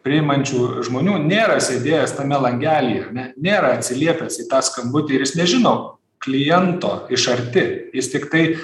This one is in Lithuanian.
priimančių žmonių nėra sėdėjęs tame langelyje ar ne nėra atsiliepęs į tą skambutį ir jis nežino kliento iš arti jis tiktai